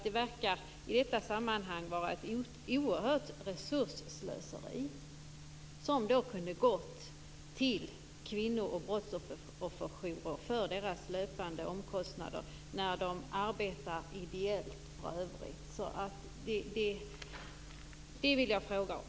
Det verkar i detta sammanhang vara ett oerhört slöseri med resurser, som kunde ha gått till kvinnor och brottsofferjourer för deras löpande omkostnader. De arbetar ju för övrigt ideellt. Det vill jag fråga om.